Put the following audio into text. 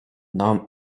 nahm